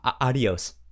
adios